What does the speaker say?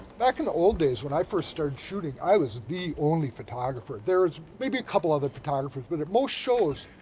back in the old days, when i first started shooting, i was the only photographer. there was maybe a couple other photographers, but at most shows,